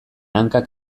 hankak